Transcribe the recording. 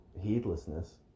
heedlessness